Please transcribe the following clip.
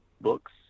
Books